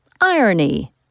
irony